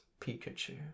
Pikachu